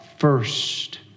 first